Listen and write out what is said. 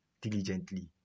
diligently